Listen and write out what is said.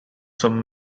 some